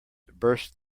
burst